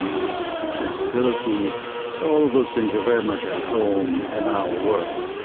his sensibility all of those things are very much at home in our world.